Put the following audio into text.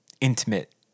intimate